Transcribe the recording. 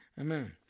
Amen